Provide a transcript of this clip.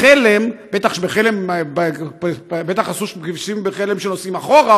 בחלם בטח עשו כבישים שנוסעים אחורה,